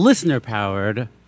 Listener-powered